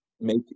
make